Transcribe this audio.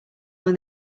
when